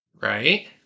Right